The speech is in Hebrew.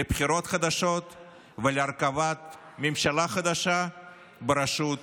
לבחירות חדשות ולהרכבת ממשלה חדשה בראשות